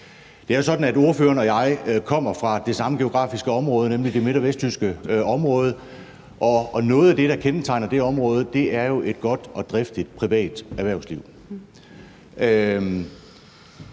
Det er jo sådan, at ordføreren og jeg kommer fra det samme geografiske område, nemlig det midt- og vestjyske område, og noget af det, der kendetegner det område, er jo et godt og driftigt privat erhvervsliv.